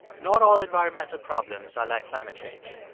not all environmental problems are like climate change.